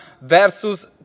versus